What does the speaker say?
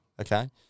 Okay